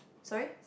sorry